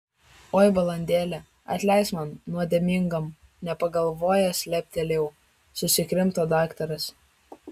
oi balandėli atleisk man nuodėmingam nepagalvojęs leptelėjau susikrimto daktaras